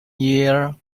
year